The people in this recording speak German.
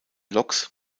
loks